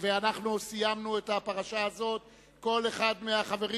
אנחנו סיימנו את הפרשה הזאת וכל אחד מהחברים